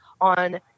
on